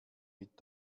mit